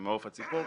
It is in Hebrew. ממעוף הציפור,